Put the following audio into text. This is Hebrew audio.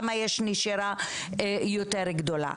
למה יש נשירה יותר גדולה.